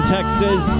Texas